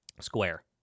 square